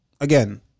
again